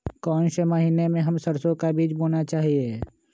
कौन से महीने में हम सरसो का बीज बोना चाहिए?